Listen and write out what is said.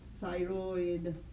thyroid